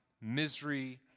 misery